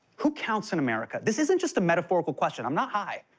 who counts in america? this isn't just a metaphorical question, i'm not high.